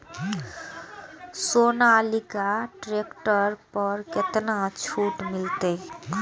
Sonalika tractor पर केतना छूट मिलते?